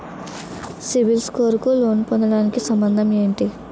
CIBIL score కు loan పొందటానికి సంబంధం ఏంటి?